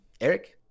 Eric